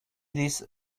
this